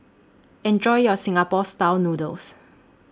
Enjoy your Singapore Style Noodles